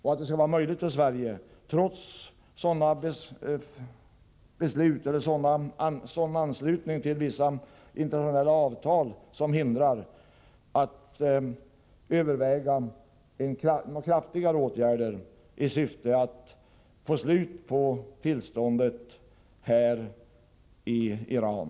Jag hoppas också att det, trots vår anslutning till vissa internationella avtal som kan verka hindrande, skall vara möjligt för Sverige att överväga kraftigare åtgärder i syfte att få slut på det nuvarande tillståndet i Iran.